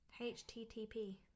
HTTP